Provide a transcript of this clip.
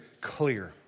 clear